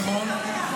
נכון.